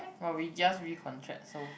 but we just recontract so